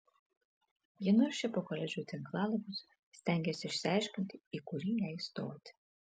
ji naršė po koledžų tinklalapius stengėsi išsiaiškinti į kurį jai stoti